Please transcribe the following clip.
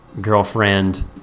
girlfriend